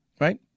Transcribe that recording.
Right